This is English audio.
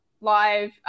live